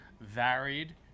varied